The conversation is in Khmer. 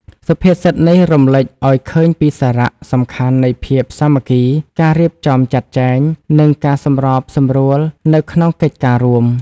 សុភាសិតនេះរំលេចឲ្យឃើញពីសារៈសំខាន់នៃភាពសាមគ្គី ការរៀបចំចាត់ចែង និងការសម្របសម្រួលនៅក្នុងកិច្ចការរួម។